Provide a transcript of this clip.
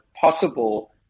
possible